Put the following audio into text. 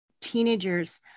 teenagers